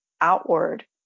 outward